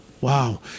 Wow